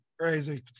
crazy